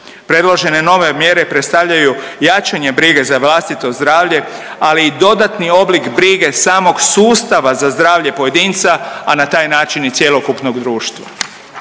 Predložene nove mjere predstavljaju jačanje brige za vlastito zdravlje ali i dodatni oblik brige samog sustava za zdravlje pojedinca, a na taj način i cjelokupnog društva.